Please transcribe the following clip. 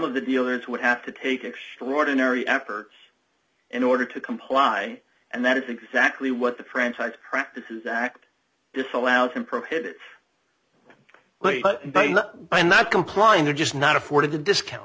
of the dealers would have to take extraordinary effort in order to comply and that is exactly what the french act practices act disallowed can prohibit but by not complying they're just not afforded the discount